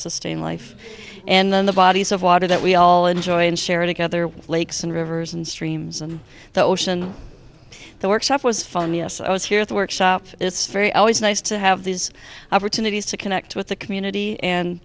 sustain life and then the bodies of water that we all enjoy and share together lakes and rivers and streams and the ocean the workshop was fun yes i was here at the workshop it's very always nice to have these opportunities to connect with the community and